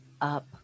up